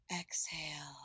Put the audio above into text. exhale